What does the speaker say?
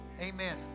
Amen